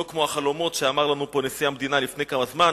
לא כמו החלומות שאמר לנו פה נשיא המדינה לפני כמה זמן,